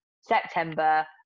September